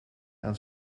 aan